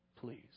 please